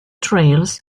trails